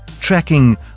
Tracking